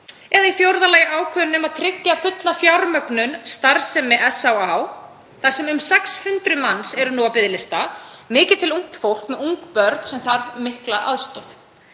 Og í fjórða lagi ákvörðun um að tryggja fulla fjármögnun starfsemi SÁÁ þar sem um 600 manns eru nú á biðlista, mikið til ungt fólk með ung börn sem þarf mikla aðstoð.